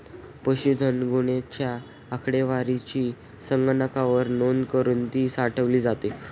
पशुधन गणनेच्या आकडेवारीची संगणकावर नोंद करुन ती साठवली जाते